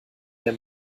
der